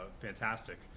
fantastic